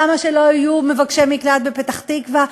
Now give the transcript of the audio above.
למה שלא יהיו מבקשי מקלט בפתח-תקווה?